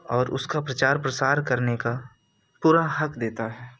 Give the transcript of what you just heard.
और उसका प्रचार प्रसार करने का पूरा हक देता है